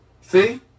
See